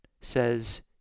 says